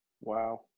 Wow